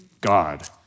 God